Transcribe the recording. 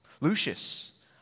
Lucius